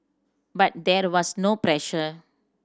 but there was no pressure